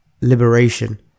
liberation